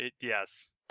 Yes